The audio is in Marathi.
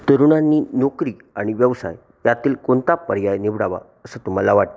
तरुणांनी नोकरी आणि व्यवसाय यातील कोणता पर्याय निवडावा असं तुम्हाला वाटतं